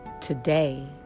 Today